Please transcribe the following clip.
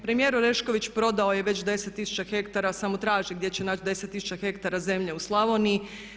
Premijer Orešković prodao je već 10 000 hektara, samo traži gdje će naći 10 000 hektara zemlje u Slavoniji.